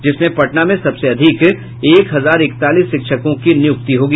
जिसमें पटना में सबसे अधिक एक हजार इकतालीस शिक्षकों की नियुक्ति होगी